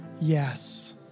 yes